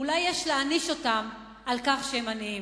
אולי יש להעניש אותם על כך שהם עניים.